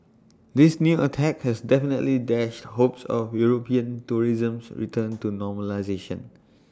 this new attack has definitely dashed hopes of european tourism's return to normalisation